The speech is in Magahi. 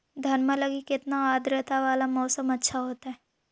धनमा लगी केतना आद्रता वाला मौसम अच्छा होतई?